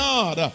God